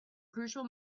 crucial